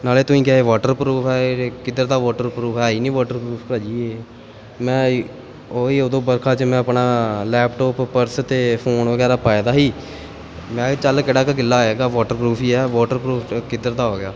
ਨਾਲੇ ਤੁਸੀਂ ਕਿਹਾ ਸੀ ਵਾਟਰ ਪਰੂਫ ਹੈ ਇਹ ਕਿੱਧਰ ਦਾ ਵਾਟਰ ਪਰੂਫ ਹੈ ਹੀ ਨਹੀਂ ਵਾਟਰ ਭਾਅ ਜੀ ਇਹ ਮੈਂ ਉਹੀ ਉਦੋਂ ਵਰਖਾ 'ਚ ਮੈਂ ਆਪਣਾ ਲੈਪਟੋਪ ਪਰਸ ਅਤੇ ਫੋਨ ਵਗੈਰਾ ਪਾਇ ਦਾ ਸੀ ਮੈਂ ਕਿਹਾ ਚੱਲ ਕਿਹੜਾ ਕੋਈ ਗਿੱਲਾ ਹੋਏਗਾ ਵਾਟਰ ਪਰੂਫ ਹੀ ਹੈ ਵਾਟਰ ਪਰੂਫ ਕਿੱਧਰ ਦਾ ਹੋ ਗਿਆ